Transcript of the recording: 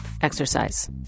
exercise